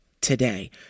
today